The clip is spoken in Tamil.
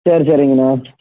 சரி சரிங்கண்ணா